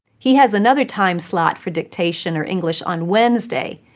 he has another time slot for dictation or english on wednesday,